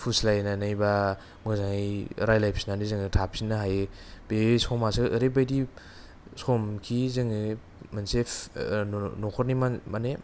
फुस्लायनानै बा मोजाङै रायलायफिननानै जोङो थाफिननो हायो बे समासो ओरैबायदि सम खि जोङो मोनसे न'खरनि मानि